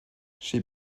she